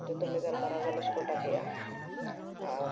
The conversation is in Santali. ᱡᱚᱛᱚ ᱞᱮ ᱜᱟᱞᱢᱟᱨᱟᱣ ᱜᱟᱞᱚᱪ ᱜᱚᱴᱟ ᱠᱮᱜᱼᱟ ᱟᱨ